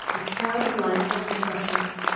as proud of life as the thrushes.